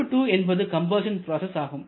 1 2 என்பது compression process ஆகும்